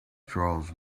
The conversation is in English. charles